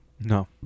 No